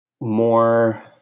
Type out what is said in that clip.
more